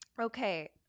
Okay